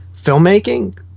filmmaking